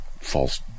false